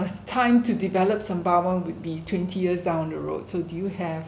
time to develop sembawang would be twenty years down the road to do you have